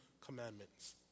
commandments